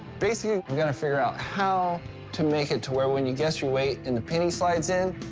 basically, we're gonna figure out how to make it to where when you guess your weight and the penny slides in,